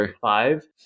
five